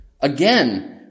Again